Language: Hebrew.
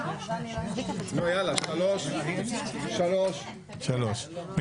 3 בעד.